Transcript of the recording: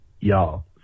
Y'all